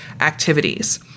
activities